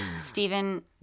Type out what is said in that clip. Stephen